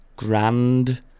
Grand